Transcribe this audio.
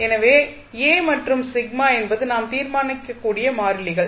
எனவே A மற்றும் σ என்பது நாம் தீர்மானிக்க வேண்டிய மாறிலிகள்